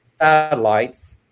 satellites